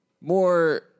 more